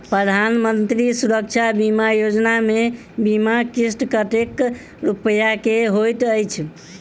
प्रधानमंत्री सुरक्षा बीमा योजना मे बीमा किस्त कतेक रूपया केँ होइत अछि?